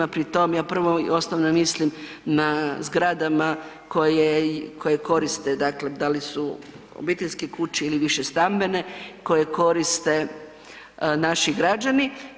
Pri tom, ja prvo i osnovno mislim na zgradama koje koriste dakle, da li su obiteljske kuće ili višestambene, koje koriste naši građani.